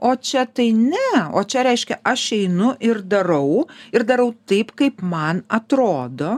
o čia tai ne o čia reiškia aš einu ir darau ir darau taip kaip man atrodo